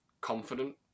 confident